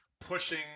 pushing